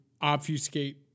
obfuscate